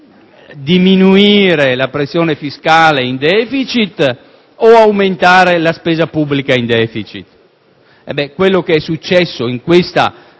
diminuire la pressione fiscale in *deficit* o aumentare la spesa pubblica in *deficit*?